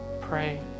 pray